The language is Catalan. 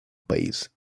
país